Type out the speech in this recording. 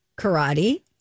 Karate